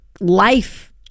life